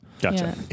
Gotcha